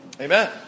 Amen